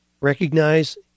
Recognize